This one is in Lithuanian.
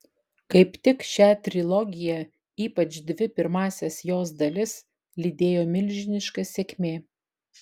kaip tik šią trilogiją ypač dvi pirmąsias jos dalis lydėjo milžiniška sėkmė